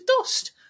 dust